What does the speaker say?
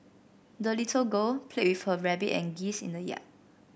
the little girl played with her rabbit and geese in the yard